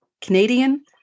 Canadian